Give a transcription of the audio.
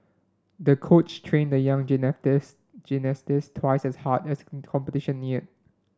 the coach trained the young gymnastics gymnastics twice as hard as competition neared